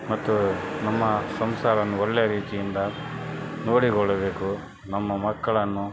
ಮತ್ತು ನಮ್ಮ ಸಂಸಾರವನ್ನು ಒಳ್ಳೆಯ ರೀತಿಯಿಂದ ನೋಡಿಕೊಳ್ಳಬೇಕು ನಮ್ಮ ಮಕ್ಕಳನ್ನು